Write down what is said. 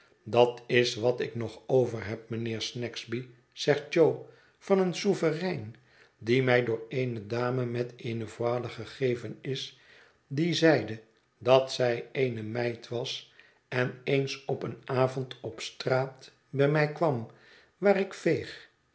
dat is wat ik nog overheb mijnheer snagsby zegt jo van een souverein die mij door eene dame met eene voile gegeven is die zeide dat zij eene meid was en eens op een avond op straat bij mij kwam waar ik